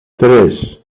tres